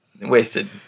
Wasted